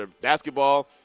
basketball